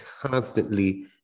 constantly